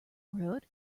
road